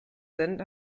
sind